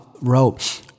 wrote